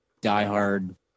diehard